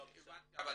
הבנתי.